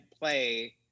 play